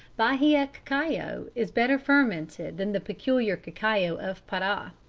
bahia cacao is better fermented than the peculiar cacao of para,